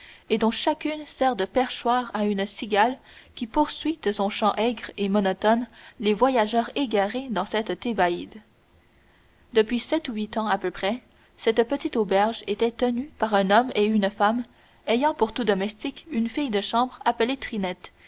et dont chacune sert de perchoir à une cigale qui poursuit de son chant aigre et monotone les voyageurs égarés dans cette thébaïde depuis sept ou huit ans à peu près cette petite auberge était tenue par un homme et une femme ayant pour tout domestique une fille de chambre appelée